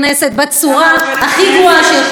בצורה הכי גרועה שיכולה להיות,